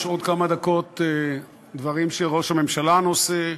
יש עוד כמה דקות דברים שראש הממשלה נושא,